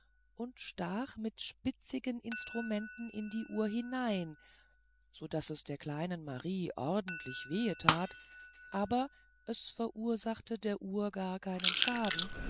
und stach mit spitzigen instrumenten in die uhr hinein so daß es der kleinen marie ordentlich wehe tat aber es verursachte der uhr gar keinen schaden